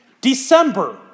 December